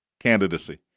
Candidacy